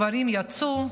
הגברים יצאו,